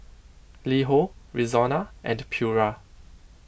Li Ho Rexona and Pura